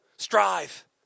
Strive